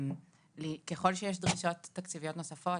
ככל שיש דרישות תקציביות נוספות,